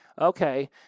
Okay